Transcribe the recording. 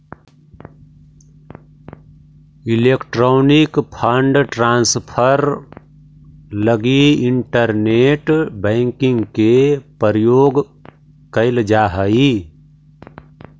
electronic fund transfer लगी internet banking के प्रयोग कैल जा हइ